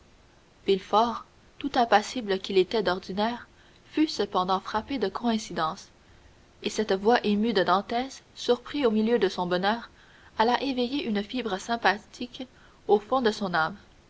ans villefort tout impassible qu'il était d'ordinaire fut cependant frappé de cette coïncidence et cette voix émue de dantès surpris au milieu de son bonheur alla éveiller une fibre sympathique au fond de son âme